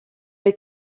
või